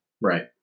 Right